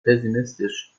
pessimistisch